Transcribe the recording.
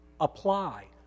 apply